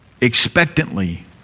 expectantly